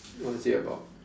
what is it about